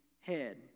head